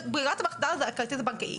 ברירת המחדל זה הכרטיס הבנקאי.